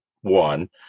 one